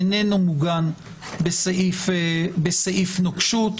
איננו מוגן בסעיף נוקשות,